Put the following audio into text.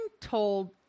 told